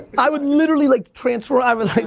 i would literally like transform, i'm white,